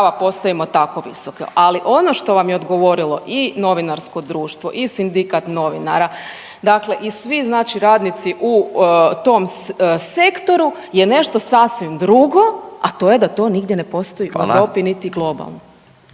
Ali ono što vam je odgovorilo i Novinarsko društvo i Sindikat novinara, dakle i svi znači radnici u tom sektoru je nešto sasvim drugo, a to je da to nigdje ne postoji u Europi, niti globalno.